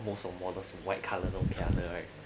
most of models with white colour long camera right